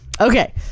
Okay